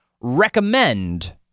recommend